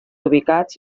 ubicats